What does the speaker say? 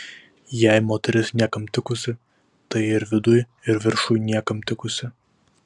jei moteris niekam tikusi tai ir viduj ir viršuj niekam tikusi